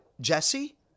Jesse